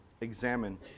examine